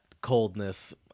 coldness